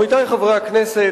עמיתי חברי הכנסת,